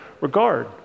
regard